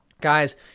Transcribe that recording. guys